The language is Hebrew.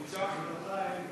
נתקבלו.